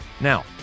Now